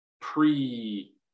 pre